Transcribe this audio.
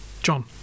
John